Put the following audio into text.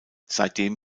seitdem